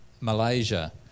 Malaysia